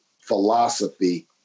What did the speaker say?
philosophy